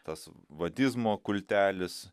tas vadizmo kultelis